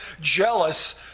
jealous